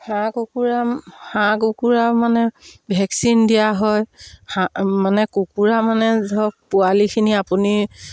হাঁহ কুকুৰা হাঁহ কুকুৰা মানে ভেকচিন দিয়া হয় হাঁহ মানে কুকুৰা মানে ধৰক পোৱালিখিনি আপুনি